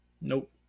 Nope